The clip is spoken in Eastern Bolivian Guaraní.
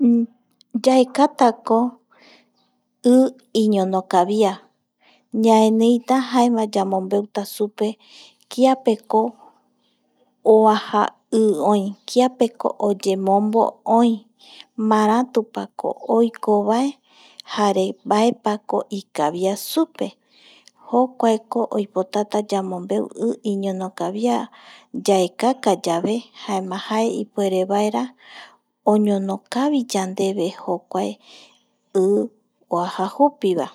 I, yaekatako i iñono kavia ñaeniita jaema yamombeuta supe kiapeko oaja i oi kiapeko omombo oi, maratupako oikovae jare mbaepako ikavia supe jokuako oipotata yamombeu jokua i iñonokavia, yaekaka yave jaema jae ipuere vaera oñono kavi yande ve jokuae i oaja jupi vae.